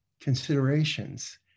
considerations